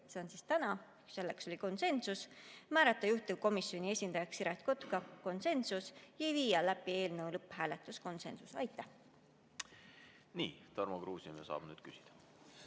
seega tänaseks (selles oli konsensus), määrata juhtivkomisjoni esindajaks Siret Kotka (konsensus) ja viia läbi eelnõu lõpphääletus (konsensus). Aitäh! Nii. Tarmo Kruusimäe saab nüüd küsida.